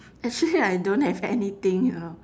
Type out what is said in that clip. actually I don't have anything you know